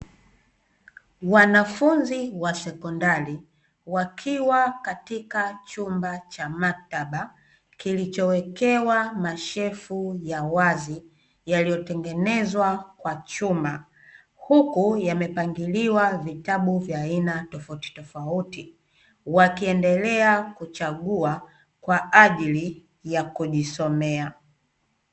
Wanafunzi wa sekondari wakiwa katika chumba cha maktaba kilichowekewa mashelfu ya wazi, yaliyotengenezwa kwa chuma. Huku yamepangiliwa vitabu vya aina tofauti, wakiendelea kuchagua kwa ajili ya kujisomea.